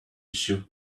issue